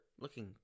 looking